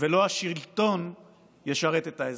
ולא השלטון ישרת את האזרח.